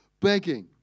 begging